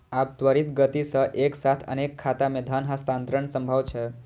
आब त्वरित गति सं एक साथ अनेक खाता मे धन हस्तांतरण संभव छै